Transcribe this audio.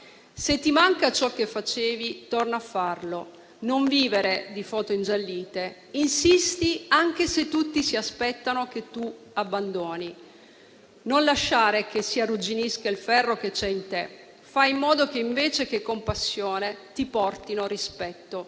Se ti manca ciò che facevi, torna a farlo. Non vivere di foto ingiallite. Insisti anche se tutti si aspettano che abbandoni. Non lasciare che si arrugginisca il ferro che c'è in te. Fai in modo che invece che compassione, ti portino rispetto.